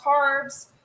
carbs